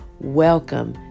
Welcome